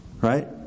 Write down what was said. right